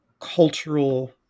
cultural